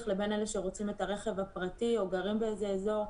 לבין אלה שרוצים רכב פרטי או גרים באזור.